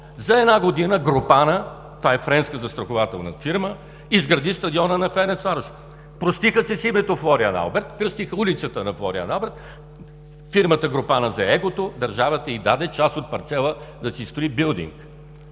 За една година „Групама“, френска застрахователна фирма, изгради стадиона на Ференцварош. Простиха се с името Флориан Алберт, кръстиха улицата на Флориан Алберт, фирмата „Групама“ взе егото, държавата им даде част от парцела да си строи билдинг.